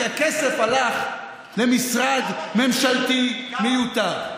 כי הכסף הלך למשרד ממשלתי מיותר.